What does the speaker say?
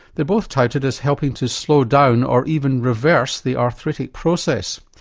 they're both touted as helping to slow down or even reverse the arthritic process.